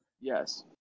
yes